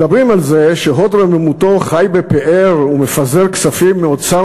מדברים על זה שהוד רוממותו חי בפאר ומפזר כספים מאוצר